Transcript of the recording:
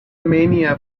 mania